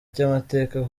cy’amateka